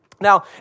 Now